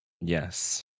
Yes